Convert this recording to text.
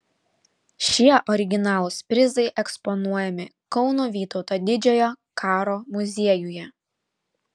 šie originalūs prizai eksponuojami kauno vytauto didžiojo karo muziejuje